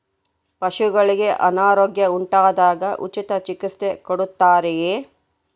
ಪಶುಗಳಿಗೆ ಅನಾರೋಗ್ಯ ಉಂಟಾದಾಗ ಉಚಿತ ಚಿಕಿತ್ಸೆ ಕೊಡುತ್ತಾರೆಯೇ?